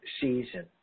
season